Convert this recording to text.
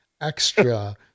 extra